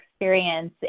experience